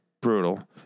brutal